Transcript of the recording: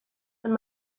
and